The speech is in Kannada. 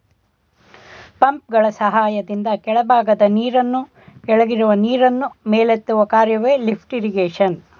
ಪಂಪ್ಗಳ ಸಹಾಯದಿಂದ ಕೆಳಭಾಗದ ನೀರನ್ನು ಕೆಳಗಿರುವ ನೀರನ್ನು ಮೇಲೆತ್ತುವ ಕಾರ್ಯವೆ ಲಿಫ್ಟ್ ಇರಿಗೇಶನ್